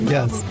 Yes